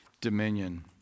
dominion